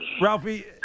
Ralphie